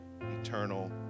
eternal